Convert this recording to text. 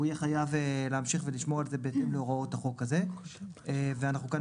הוא יהיה חייב להמשיך ולשמור על זה בהתאם להוראות החוק הזה ואנחנו כאן